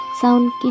Sound